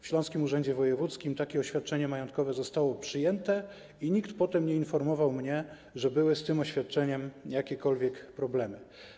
W Śląskim Urzędzie Wojewódzkim takie oświadczenie majątkowe zostało przyjęte i nikt potem nie informował mnie, że były z tym oświadczeniem jakiekolwiek problemy.